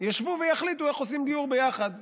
ישבו ויחליטו איך עושים גיור ביחד.